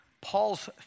Paul's